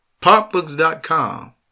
Popbooks.com